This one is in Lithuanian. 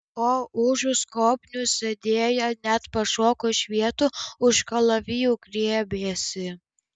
o užu skobnių sėdėję net pašoko iš vietų už kalavijų griebėsi